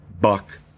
Buck